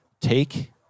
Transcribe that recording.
take